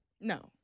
No